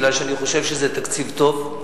מכיוון שאני חושב שזה תקציב טוב,